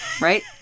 Right